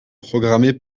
programmés